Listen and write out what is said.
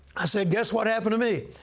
i said, guess what happened to me.